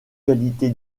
qualité